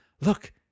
look